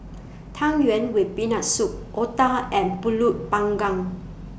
Tang Yuen with Peanut Soup Otah and Pulut Panggang